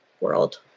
world